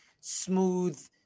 smooth